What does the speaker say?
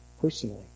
personally